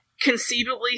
conceivably